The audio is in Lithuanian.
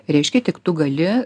reiškia tik tu gali